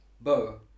Bo